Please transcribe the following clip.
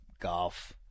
golf